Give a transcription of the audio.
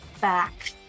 back